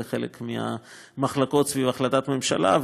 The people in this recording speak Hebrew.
זה חלק מהמחלוקות סביב החלטת הממשלה.